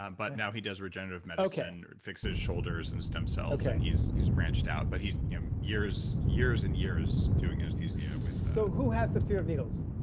but now he does regenerative medicine, fixes shoulders and stem cells. yeah he's he's branched out, but he's you know years years and years doing anesthesia yeah with so who has the fear of needles?